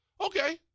Okay